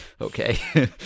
okay